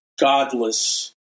godless